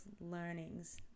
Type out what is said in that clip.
learnings